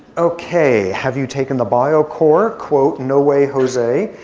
ok, have you taken the bio core. quote, no way jose.